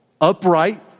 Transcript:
upright